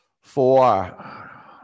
four